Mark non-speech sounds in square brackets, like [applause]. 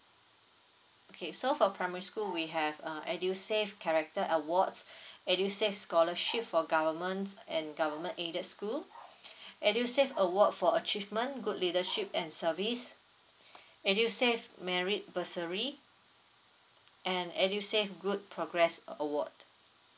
okay so for primary school we have a edusave character awards [breath] edusave scholarship for governments and government aided school [breath] edusave award for achievement good leadership and service [breath] edusave merit bursary and edusave good progress award